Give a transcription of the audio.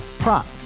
Prop